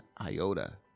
iota